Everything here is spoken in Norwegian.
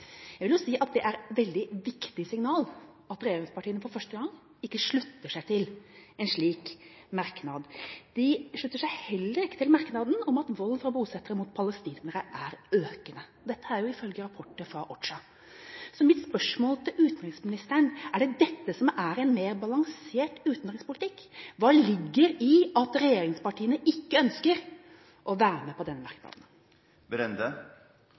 Jeg vil si at det er et veldig viktig signal at regjeringspartiene for første gang ikke slutter seg til en slik merknad. De slutter seg heller ikke til det en videre sier i merknaden: «Volden fra bosettere mot palestinerne er økende.» Dette er ifølge rapporter fra OHCHR. Mitt spørsmål til utenriksministeren er: Er det dette som er en mer balansert utenrikspolitikk? Hva ligger i at regjeringspartiene ikke ønsker å være med på denne